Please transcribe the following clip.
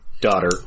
daughter